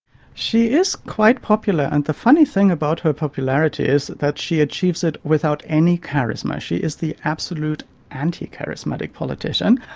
she is quite popular and the funny thing about her popularity is that she achieves it without any charisma, she is the absolute anti-charismatic politician,